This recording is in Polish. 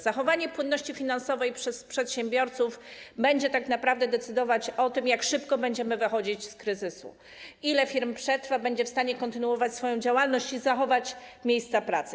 Zachowanie płynności finansowej przez przedsiębiorców będzie tak naprawdę decydować o tym, jak szybko będziemy wychodzić z kryzysu, ile firm przetrwa, będzie w stanie kontynuować swoją działalność i zachować miejsca pracy.